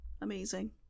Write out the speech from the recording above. Amazing